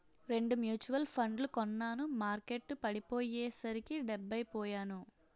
రెండు మ్యూచువల్ ఫండ్లు కొన్నాను మార్కెట్టు పడిపోయ్యేసరికి డెబ్బై పొయ్యాను